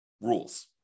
rules